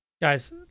Guys